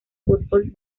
fútbol